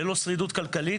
ללא שרידות כלכלית,